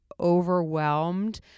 overwhelmed